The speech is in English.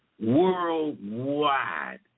worldwide